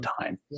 time